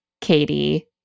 Katie